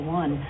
one